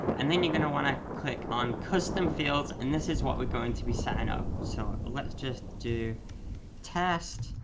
and then you're gonna wanna click on custom fields, and this is what we're going to be settin' up. so let's just do test,